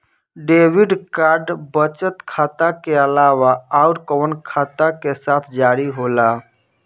Debit card बचत खाता के अलावा अउरकवन खाता के साथ जारी होला?